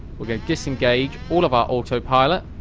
we're gonna disengage all of our autopilot.